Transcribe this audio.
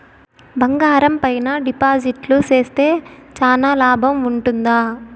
బంగారం పైన డిపాజిట్లు సేస్తే చానా లాభం ఉంటుందా?